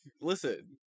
Listen